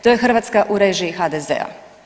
To je Hrvatska u režiji HDZ-a.